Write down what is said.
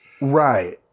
Right